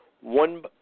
one